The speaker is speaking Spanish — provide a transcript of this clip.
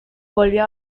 volvió